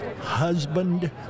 husband